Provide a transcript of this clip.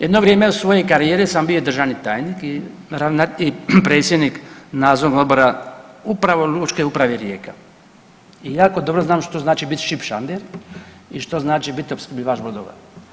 Jedno vrijeme u svojoj karijeri sam bio državni tajnik i predsjednik nadzornog odbora upravo Lučke uprave Rijeka i jako dobro znam što znači biti šipšander i što znači bit opskrbljivač brodova.